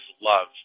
love